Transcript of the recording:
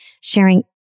sharing